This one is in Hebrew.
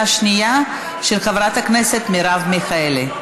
והשנייה היא של חברת הכנסת מרב מיכאלי.